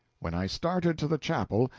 when i started to the chapel,